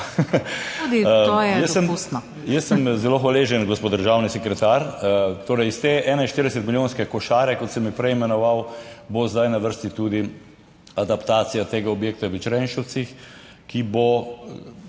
to je dopustno...